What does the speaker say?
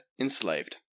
enslaved